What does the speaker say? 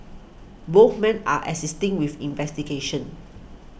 both men are assisting with investigations